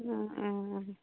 অঁ অঁ অঁ